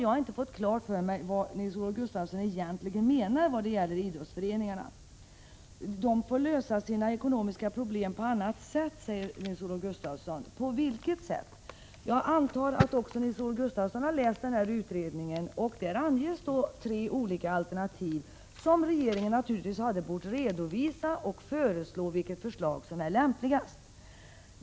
Jag fick inte klart för mig vad Nils-Olof Gustafsson egentligen menar när det gäller idrottsföreningarna. De får lösa sina ekonomiska problem på annat sätt, sade Nils-Olof Gustafsson. På vilket sätt? Jag antar att också Nils-Olof Gustafsson har läst utredningen. Där anges tre olika alternativ. Regeringen borde ha redovisat dem och därefter förklarat vilket man ansåg lämpligast.